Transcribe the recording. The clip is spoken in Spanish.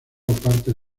partes